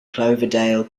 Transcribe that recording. cloverdale